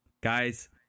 guys